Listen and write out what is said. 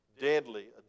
deadly